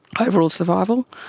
overall survival,